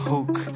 Hook